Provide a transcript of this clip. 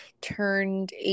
turned